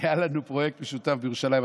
היה לנו פרויקט משותף בירושלים.